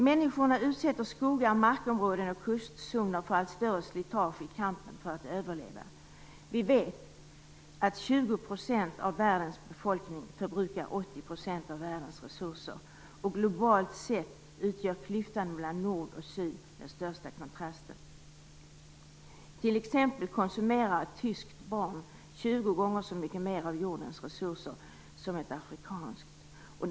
Människorna utsätter skogar, markområden och kustzoner för allt större slitage i kampen för att överleva. Vi vet att 20 % av världens befolkning förbrukar 80 % av världens resurser. Globalt sett utgör klyftan mellan nord och syd den största kontrasten. T.ex. konsumerar ett tyskt barn 20 gånger så mycket av jordens resurser som ett afrikanskt barn.